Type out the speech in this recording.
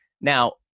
Now